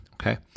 okay